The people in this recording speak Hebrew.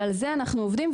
ועל זה אנחנו עובדים,